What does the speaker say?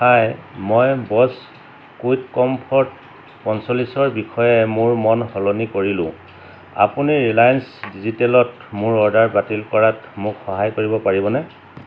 হাই মই ব'ছ quick comfort পঞ্চল্লিছৰ বিষয়ে মোৰ মন সলনি কৰিলোঁ আপুনি ৰিলায়েন্স ডিজিটেলত মোৰ অৰ্ডাৰ বাতিল কৰাত মোক সহায় কৰিব পাৰিবনে